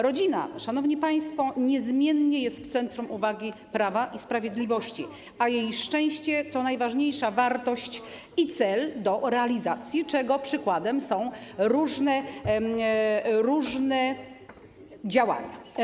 Rodzina, szanowni państwo, niezmiennie jest w centrum uwagi Prawa i Sprawiedliwości, a jej szczęście to najważniejsza wartość i cel do realizacji, czego przykładem są różne działania.